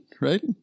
right